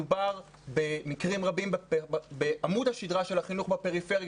מדובר בעמוד השדרה של החינוך בפריפריה,